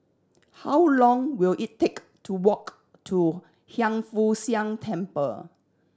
how long will it take to walk to Hiang Foo Siang Temple